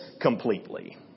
completely